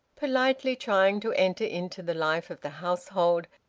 politely trying to enter into the life of the household,